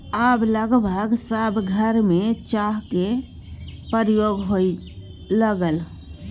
आब लगभग सभ घरमे चाहक प्रयोग होए लागलै